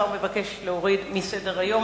השר מבקש להוריד מסדר-היום.